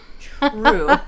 True